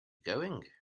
going